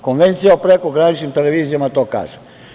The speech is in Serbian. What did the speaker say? Konvencija o prekograničnim televizijama to kažu.